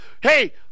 hey